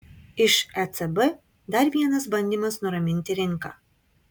iš ecb dar vienas bandymas nuraminti rinką